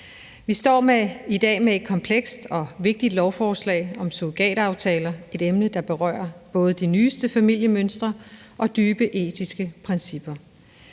Vi står i dag med et komplekst og vigtigt lovforslag om surrogataftaler. Det er et emne, der både berører de nyeste familiemønstre og dybe etiske principper.